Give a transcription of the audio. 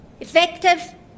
Effective